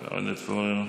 ועודד פורר.